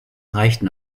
reichten